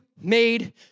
made